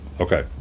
okay